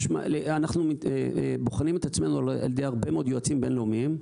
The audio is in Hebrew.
אנחנו בוחנים את עצמנו על ידי הרבה מאוד יועצים בין-לאומיים.